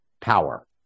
power